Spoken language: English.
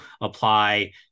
apply